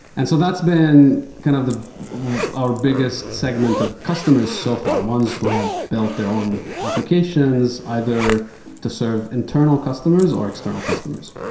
and so that's been kind of our biggest segment of customers so far, ones who have built their own applications either to serve internal customers or external customers.